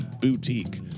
boutique